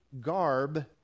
garb